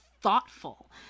thoughtful